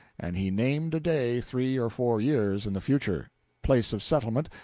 and he named a day three or four years in the future place of settlement,